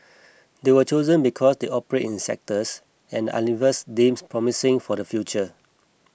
they were chosen because they operate in sectors and Unilever deems promising for the future